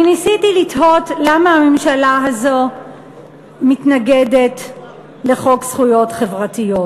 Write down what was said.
אני ניסיתי לתהות למה הממשלה הזאת מתנגדת לחוק זכויות חברתיות.